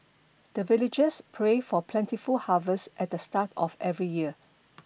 the villagers pray for plentiful harvest at the start of every year